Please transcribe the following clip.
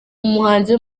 umuhanzi